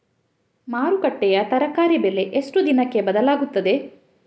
ಮಾರುಕಟ್ಟೆಯ ತರಕಾರಿ ಬೆಲೆ ಎಷ್ಟು ದಿನಕ್ಕೆ ಬದಲಾಗುತ್ತದೆ?